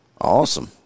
Awesome